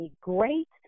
great